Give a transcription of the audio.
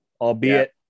albeit